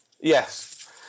Yes